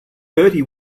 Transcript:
thirty